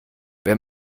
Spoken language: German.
wer